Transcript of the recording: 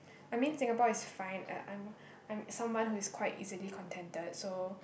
I mean Singapore is fine uh I'm I'm someone who is quite easily contented so